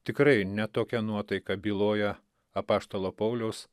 tikrai ir ne tokia nuotaika byloja apaštalo pauliaus